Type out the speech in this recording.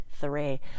three